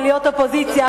בלהיות אופוזיציה,